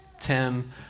Tim